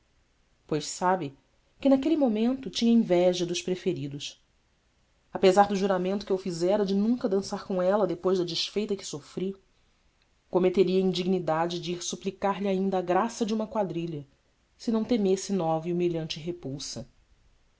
pois sabe que naquele momento tinha inveja dos preferidos apesar do juramento que eu fizera de nunca dançar com ela depois da desfeita que sofri cometeria a indignidade de ir suplicar lhe ainda a graça de uma quadrilha se não temesse nova e humilhante repulsa